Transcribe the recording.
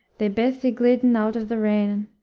they beth ygliden out of the reign